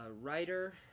writer